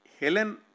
Helen